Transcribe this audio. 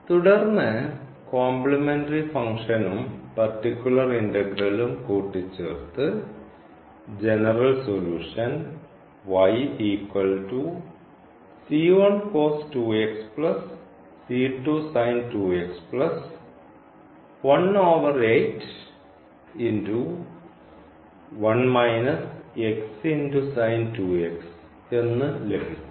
തുടർന്ന് കോംപ്ലിമെൻററി ഫംഗ്ഷനും പർട്ടിക്കുലർ ഇന്റഗ്രലും കൂട്ടിച്ചേർത്തു ജനറൽ സൊല്യൂഷൻ എന്നു ലഭിക്കുന്നു